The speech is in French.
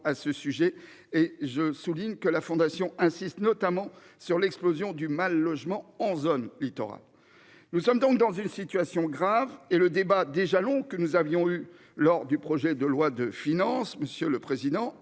à ce sujet et je souligne que la fondation insiste notamment sur l'explosion du mal logement en zone littorale. Nous sommes donc dans une situation grave et le débat des jalons que nous avions eu lors du projet de loi de finances. Monsieur le président,